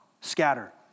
scatter